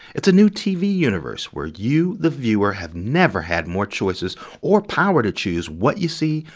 it's a new tv universe where you, the viewer, have never had more choices or power to choose what you see,